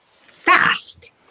fast